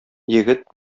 егет